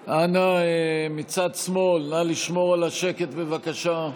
אנא, מצד שמאל, נא לשמור על השקט, בבקשה.